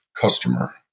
customer